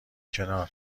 کنار